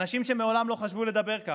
אנשים שמעולם לא חשבו לדבר כך,